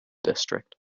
district